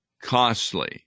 costly